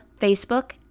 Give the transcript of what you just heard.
Facebook